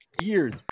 years